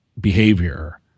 behavior